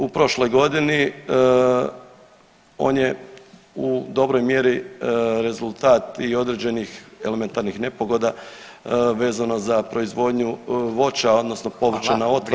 U prošloj godini on je u dobroj mjeri rezultat i određenih elementarnih nepogoda vezano za proizvodnju voća odnosno povrća [[Upadica: Hvala, vrijeme]] na otvorenom.